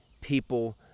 people